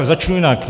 Začnu jinak.